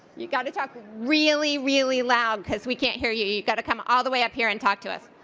you got to talk really, really loud because we can't hear you. you got to come all the way up here and talk to us.